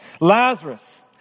Lazarus